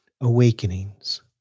awakenings